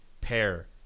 pair